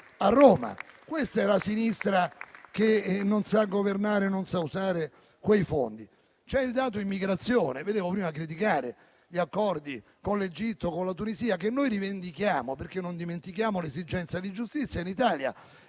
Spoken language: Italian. Questa è la sinistra che non sa governare e non sa usare quei fondi. C'è il dato relativo all'immigrazione. Vedevo prima criticare gli accordi con l'Egitto e con la Tunisia, che noi rivendichiamo, perché non dimentichiamo l'esigenza di giustizia. In Italia